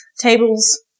tables